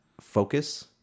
focus